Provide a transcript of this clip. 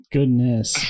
Goodness